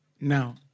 now